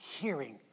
hearing